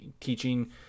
teaching